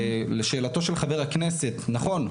ולשאלתו של חבר הכנסת נכון,